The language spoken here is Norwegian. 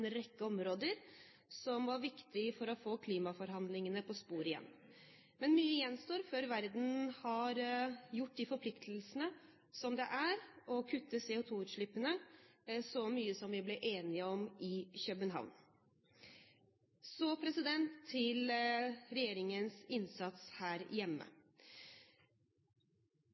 rekke områder, som var viktige for å få klimaforhandlingene på sporet igjen. Men mye gjenstår før verden har forpliktet seg til å kutte CO2-utslippene så mye som vi ble enige om i København. Så til regjeringens innsats her hjemme: